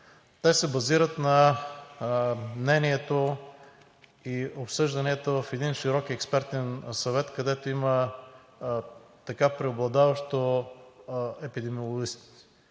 Те се базират на мнението и обсъжданията в един широк експертен съвет, където има преобладаващо епидемиолози,